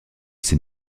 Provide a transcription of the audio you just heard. ses